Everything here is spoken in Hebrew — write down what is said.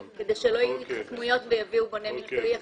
כדי שלא יהיו התחכמויות ויביאו בונה מקצועי אחר.